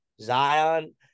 Zion